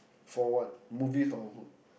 for what movies or book